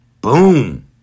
Boom